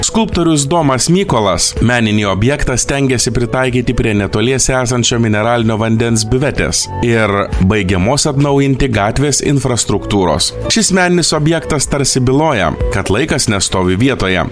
skulptorius domas mykolas meninį objektą stengėsi pritaikyti prie netoliese esančio mineralinio vandens biuvetės ir baigiamos atnaujinti gatvės infrastruktūros šis meninis objektas tarsi byloja kad laikas nestovi vietoje